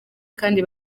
kandi